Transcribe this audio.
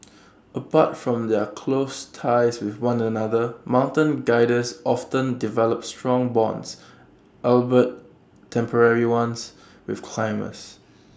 apart from their close ties with one another mountain Guides often develop strong bonds albeit temporary ones with climbers